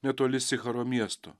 netoli sicharo miesto